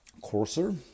coarser